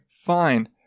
fine